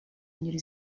ngeri